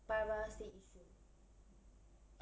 but I rather stay yishun